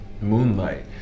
Moonlight